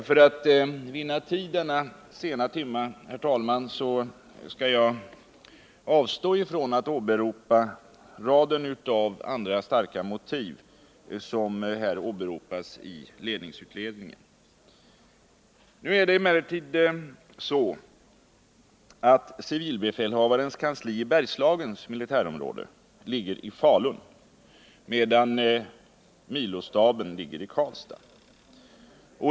För att vinna tid denna sena timme skall jag, herr talman, avstå från att redogöra för raden av andra starka motiv som åberopas av ledningsutredningen. Civilbefälhavarens kansli i Bergslagens militärområde ligger i Falun, medan milostaben ligger i Karlstad.